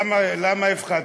למה הפחתת?